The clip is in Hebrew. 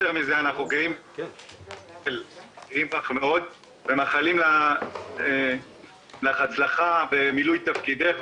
אנחנו גאים בך מאוד ומאחלים לך הצלחה במילוי תפקידך,